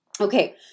Okay